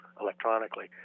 electronically